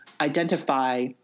identify